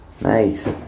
Nice